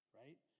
right